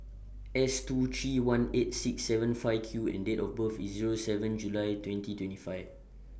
S two three one eight six seven five Q and Date of birth IS Zero seven July twenty twenty five